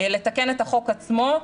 לתקן את החוק עצמו,